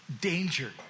Danger